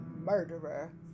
murderer